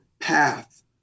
path